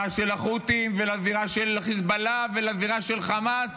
לזירה של החות'ים ולזירה של חיזבאללה ולזירה של חמאס